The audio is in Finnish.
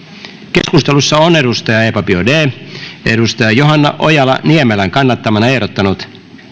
keskustelussa on eva biaudet johanna ojala niemelän kannattamana ehdottanut